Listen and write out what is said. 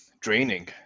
draining